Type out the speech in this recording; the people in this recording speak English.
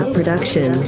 Production